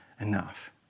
enough